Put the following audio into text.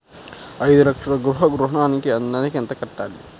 ఐదు లక్షల గృహ ఋణానికి నెలకి ఎంత కట్టాలి?